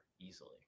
easily